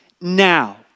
now